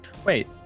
wait